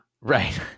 right